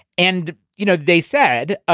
and, you know, they said,